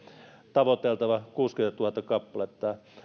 tavoiteltava kuusikymmentätuhatta kappaletta